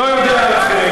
לא יודע על אחרים.